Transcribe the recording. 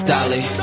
Dolly